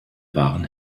waren